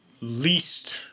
least